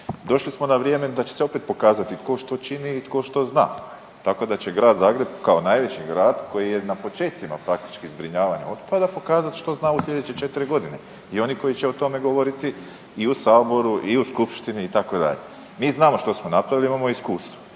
došli smo na vrijeme da će se opet pokazati tko što čini i tko što zna, tako da će grad Zagreb, kao najveći grad koji je na počecima praktički, zbrinjavanja otpada pokazati što zna u sljedeće 4 godine i oni koji će o tome govoriti i u Saboru i u Skupštini, itd. Mi znamo što smo napravili i imamo iskustva.